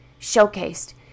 showcased